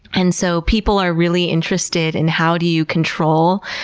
and so people are really interested in how do you control,